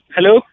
Hello